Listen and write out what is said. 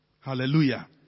Hallelujah